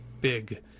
big